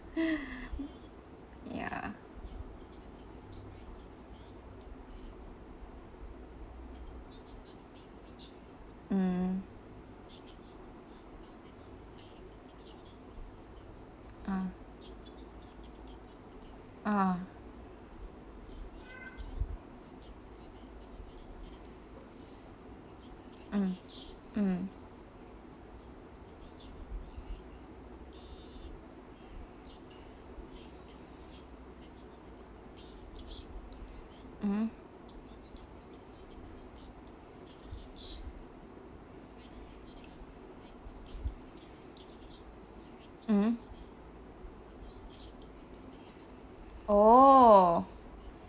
ya mm ah ah mm mm mmhmm mmhmm oh